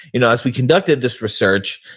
you know, as we conducted this research,